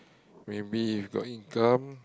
maybe if got income